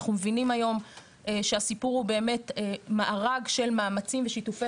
אנחנו מבינים היום שהסיפור הוא באמת מארג של מאמצים ושיתופי